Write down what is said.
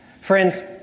friends